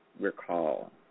recall